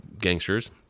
gangsters